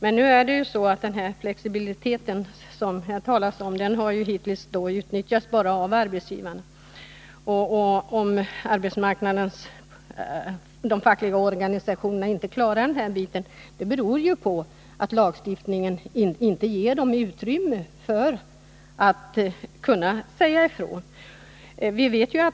Fru talman! Den flexibilitet som det här har talats om har hittills utnyttjats bara av arbetsköparna. Om de fackliga organisationerna inte kan ta sitt ansvar på den punkten beror det på att lagstiftningen inte ger dem utrymme för att hävda sin mening.